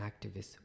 activists